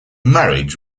marriage